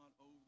over